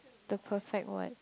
the perfect one